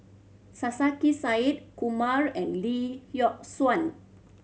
Sarkasi Said Kumar and Lee Yock Suan